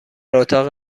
اتاق